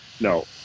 No